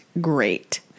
great